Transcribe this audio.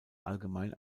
allgemein